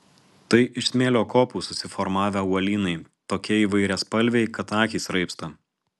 tai iš smėlio kopų susiformavę uolynai tokie įvairiaspalviai kad akys raibsta